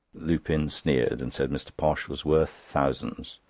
lupin sneered, and said mr. posh was worth thousands.